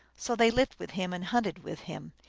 so they lived with him, and hunted with him.